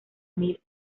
mil